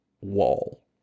Wall